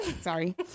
Sorry